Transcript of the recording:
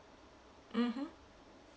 mmhmm